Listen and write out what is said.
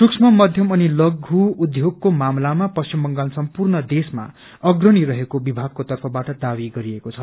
सूक्ष्म मध्यम अनि लष्नु उद्योगको मामलामा पश्चिम बंगाल सम्पूर्ण देशमा अग्रणी रहेको विभागको तर्फबाट दावी गरिएको छ